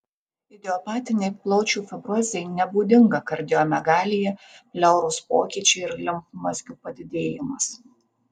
idiopatinei plaučių fibrozei nebūdinga kardiomegalija pleuros pokyčiai ir limfmazgių padidėjimas